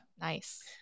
Nice